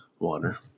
water